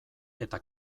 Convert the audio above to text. eta